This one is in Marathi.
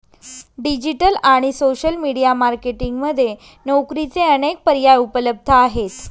डिजिटल आणि सोशल मीडिया मार्केटिंग मध्ये नोकरीचे अनेक पर्याय उपलब्ध आहेत